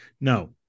No